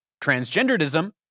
transgenderism